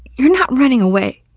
you're not running away.